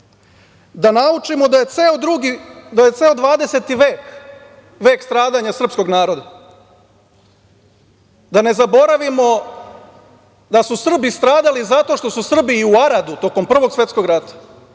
da naučimo da je ceo 20. vek vek stradanja srpskog naroda, da ne zaboravimo da su Srbi stradali zato što su Srbi i u Aradu tokom Prvog svetskog rata,